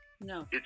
No